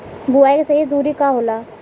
बुआई के सही दूरी का होला?